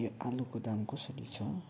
यो आलुको दाम कसरी छ